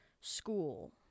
school